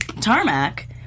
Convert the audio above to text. tarmac